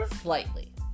slightly